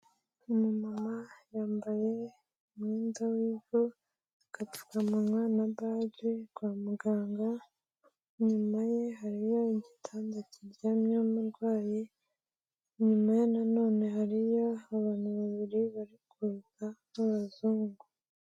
umumama yambaye umwenda w'ivu, agapfukamunwa na baji kwa muganga, inyuma ye hariyo igitanda kiryamyeho umurwayi, inyuma ye nanone hariyo abantu babiri bari kuza b'abazungu.